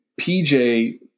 PJ